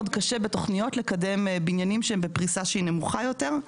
קשה בתוכניות לקדם בניינים שהם בפריסה שהיא נמוכה יותר.